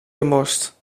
gemorst